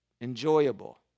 enjoyable